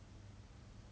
orh